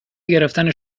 گرفتن